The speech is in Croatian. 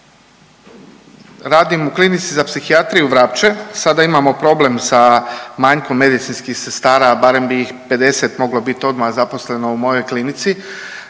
Radim u Klinici za psihijatriju Vrapče sada imamo problem sa manjkom medicinskih sestara barem bi ih 50 moglo bit odmah zaposleno u mojoj klinici,